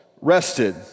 rested